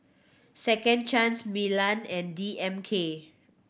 Second Chance Milan and D M K